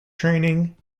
training